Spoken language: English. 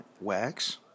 wax